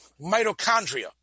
mitochondria